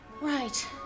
Right